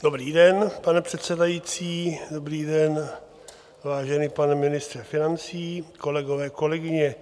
Dobrý den, pane předsedající, dobrý den, vážený pane ministře financí, kolegové, kolegyně.